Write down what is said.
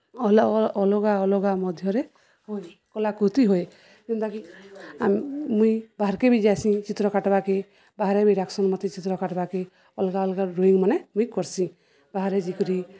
ଅଲଗା ଅଲଗା ମଧ୍ୟରେ ହୁଏ କଲାକୃତି ହୁଏ ଯେନ୍ତାକି ଆମେ ମୁଇଁ ବାହାର୍କେ ବି ଯାଏସି ଚିତ୍ର କାଟ୍ବାକେ ବାହାରେ ବି ଡାକ୍ସନ୍ ମତେ ଚିତ୍ର କାଟ୍ବାକେ ଅଲ୍ଗା ଅଲ୍ଗା ଡ୍ରଇଂମାନେ ମୁଇଁ କର୍ସି ବାହାରେ ଯାଇକରି